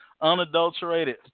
unadulterated